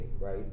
right